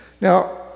Now